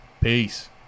Peace